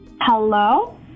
Hello